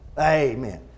Amen